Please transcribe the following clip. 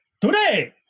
Today